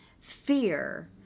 fear